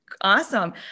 Awesome